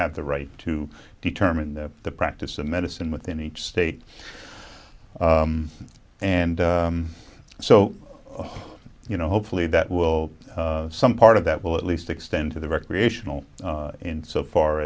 have the right to determine that the practice of medicine within each state and so you know hopefully that will some part of that will at least extend to the recreational in so far